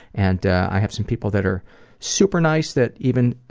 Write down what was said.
and i have some people that are super nice, that even